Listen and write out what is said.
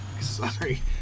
Sorry